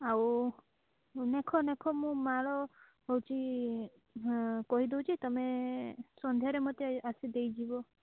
ଆଉ ନେଖ ନେଖ ମୁଁ ମାଳ ହେଉଛି ହଁ କହି ଦେଉଛି ତୁମେ ସନ୍ଧ୍ୟାରେ ମୋତେ ଆସି ଦେଇଯିବ